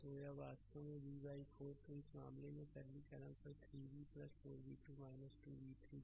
तो यह वास्तव में v 4 है तो इस मामले में सरलीकरण पर 3 v 4 v2 2 v3 0 मिलेगा